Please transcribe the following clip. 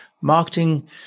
marketing